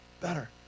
Better